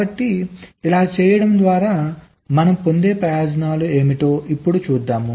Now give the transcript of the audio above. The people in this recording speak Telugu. కాబట్టి ఇలా చేయడం ద్వారా మనం పొందే ప్రయోజనాలు ఏమిటో ఇప్పుడు చూద్దాం